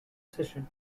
session